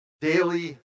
daily